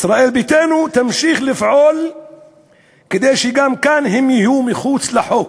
ישראל ביתנו תמשיך לפעול כדי שגם כאן הם יהיו מחוץ לחוק.